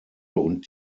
und